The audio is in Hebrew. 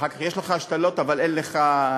אחר כך, יש לך השתלות, אבל אין לך ראייה.